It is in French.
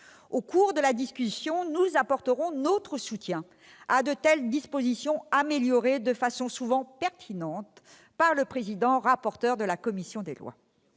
Au cours de la discussion, nous apporterons notre soutien à de telles dispositions améliorées de façon souvent pertinente par le président et rapporteur de la commission des lois.